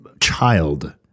child